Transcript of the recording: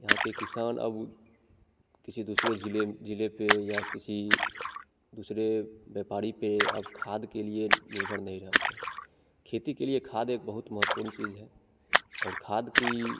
यहाँ के किसान अब किसी दूसरे ज़िले ज़िले पर या किसी दूसरे व्यापारी पर अब खाद के लिए निर्भर नहीं रहते हैं खेती के लिए खाद एक महत्वपूर्ण चीज़ है और खाद की